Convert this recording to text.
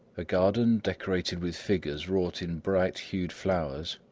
a garden decorated with figures wrought in bright-hued flowers,